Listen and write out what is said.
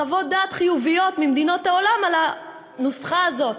חוות דעת חיוביות ממדינות העולם על הנוסחה הזאת?